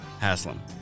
Haslam